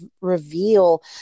reveal